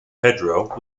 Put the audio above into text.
pedro